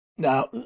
Now